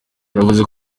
yavuze